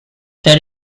there